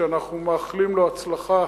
שאנחנו מאחלים לו הצלחה